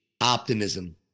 optimism